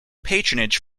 patronage